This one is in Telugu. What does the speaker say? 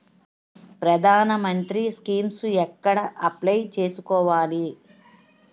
ప్రధాన మంత్రి స్కీమ్స్ ఎక్కడ అప్లయ్ చేసుకోవాలి?